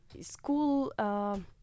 school